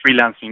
freelancing